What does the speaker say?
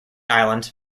island